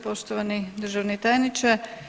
Poštovani državni tajniče.